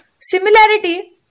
Similarity